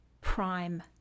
prime